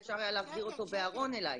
והיה אפשר להחזיר אותו בארון אליי,